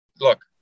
look